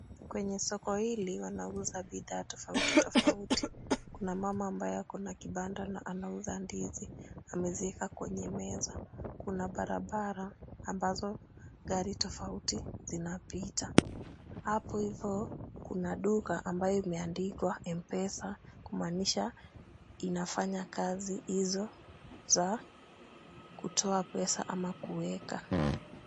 Kwenye soko hili wanauza bidhaa tofauti tofauti. Kuna mama ambaye akona kibanda na anauza ndizi. Ameziweka kwenye meza. Kuna barabara ambazo gari tofauti zinapita. Hapo hivo kuna duka ambayo imeandikwa Mpesa kumaanisha inafanya kazi hizo za kutoa pesa ama kuweka.